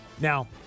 Now